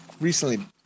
recently